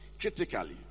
critically